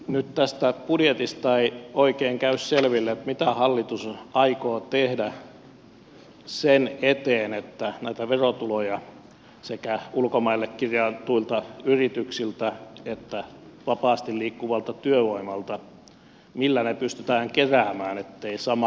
nyt tästä budjetista ei oikein käy selville mitä hallitus aikoo tehdä sen eteen että näitä verotuloja sekä ulkomaille kirjatuilta yrityksiltä että vapaasti liikkuvalta työvoimalta pystytään keräämään etteivät samat menot lisäänny